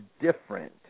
different